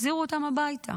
תחזירו אותם הביתה.